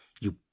You